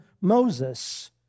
Moses